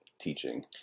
teaching